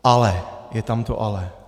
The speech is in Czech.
Ale je tam to ale.